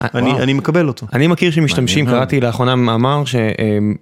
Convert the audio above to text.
אני אני מקבל אותו אני מכיר שמשתמשים קראתי לאחרונה מאמר ש.. אהמ..